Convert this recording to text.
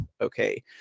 Okay